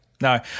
no